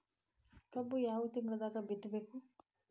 ಕಬ್ಬು ಯಾವ ತಿಂಗಳದಾಗ ಬಿತ್ತಬೇಕು?